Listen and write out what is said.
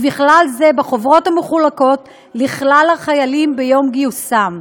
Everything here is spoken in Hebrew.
ובכלל זה בחוברות המחולקות לכלל החיילים ביום גיוסם.